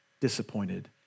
disappointed